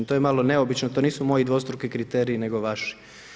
To je malo neobično, to nisu moji dvostruki kriteriji nego vaši.